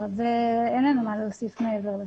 אין לנו מה להוסיף מעבר לכך.